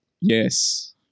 yes